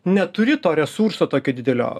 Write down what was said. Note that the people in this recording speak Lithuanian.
neturi to resurso tokio didelio